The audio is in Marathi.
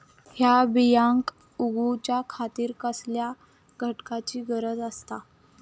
हया बियांक उगौच्या खातिर कसल्या घटकांची गरज आसता?